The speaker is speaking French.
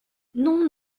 non